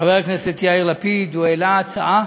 חבר הכנסת יאיר לפיד, הוא העלה הצעה